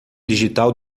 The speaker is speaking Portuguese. digital